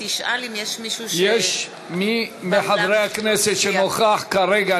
יש מי מחברי הכנסת שנוכח כרגע,